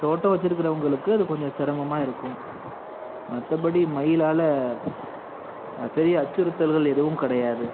தோட்டம் வச்சிருக்கிறவங்களுக்கு அது கொஞ்சம் சிரமமா இருக்கும் மற்றபடி மயிலால் பெரிய அச்சுறுத்தல்கள் எதுவும் கிடையாது